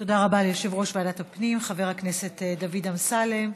תודה רבה ליושב-ראש ועדת הפנים חבר הכנסת דוד אמסלם.